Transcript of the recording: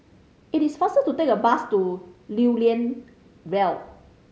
it is faster to take the bus to Lew Lian Vale